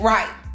Right